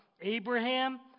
Abraham